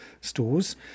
stores